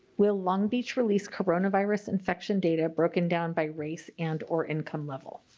will long beach release coronavirus infection data broken down by race and or income level?